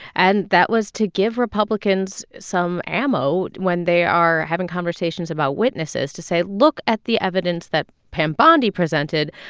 and that was to give republicans some ammo when they are having conversations about witnesses to say, look at the evidence that pam bondi presented.